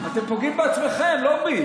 אתם פוגעים בעצמכם, לא בי.